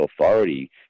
authority